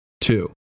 Two